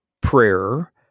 prayer